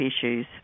issues